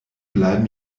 bleiben